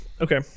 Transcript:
Okay